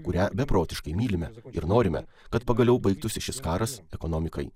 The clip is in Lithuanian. kurią beprotiškai mylime ir norime kad pagaliau baigtųsi šis karas ekonomikai